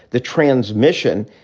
the transmission,